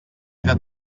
era